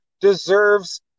deserves